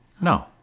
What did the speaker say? no